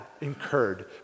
incurred